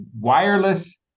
wireless